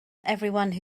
everyone